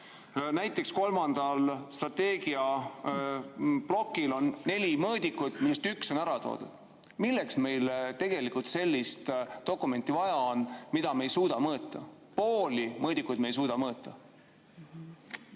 Näiteks, kolmandal strateegiaplokil on neli mõõdikut, millest üks on ära toodud. Milleks meile tegelikult on vaja sellist dokumenti, mida me ei suuda mõõta? Pooli mõõdikuid me ei suuda mõõta.